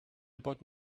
about